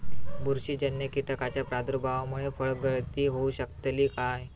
बुरशीजन्य कीटकाच्या प्रादुर्भावामूळे फळगळती होऊ शकतली काय?